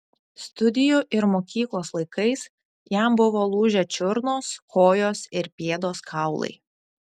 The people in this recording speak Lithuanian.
studijų ir mokyklos laikais jam buvo lūžę čiurnos kojos ir pėdos kaulai